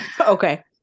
okay